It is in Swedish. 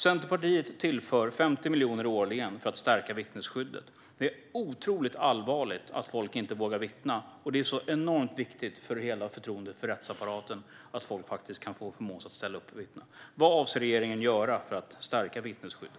Centerpartiet tillför 50 miljoner årligen för att stärka vittnesskyddet. Det är otroligt allvarligt att folk inte vågar vittna, och det är enormt viktigt för hela förtroendet för rättsapparaten att folk faktiskt kan förmås att ställa upp och vittna. Vad avser regeringen att göra för att stärka vittnesskyddet?